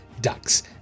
Ducks